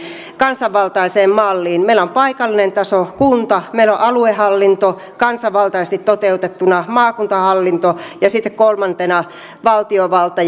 kansanvaltaiseen malliin meillä on paikallinen taso kunta meillä on aluehallinto kansanvaltaisesti toteutettuna maakuntahallinto ja sitten kolmantena valtiovalta